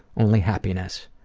only happiness.